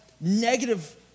negative